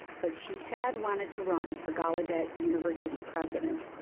but she had wanted to run for gallaudet university president.